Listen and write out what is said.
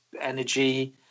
energy